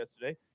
yesterday